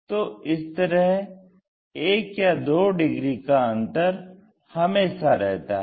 तो इस तरह 1 या 2 डिग्री का अंतर हमेशा रहता है